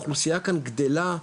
האוכלוסייה כאן גדלה,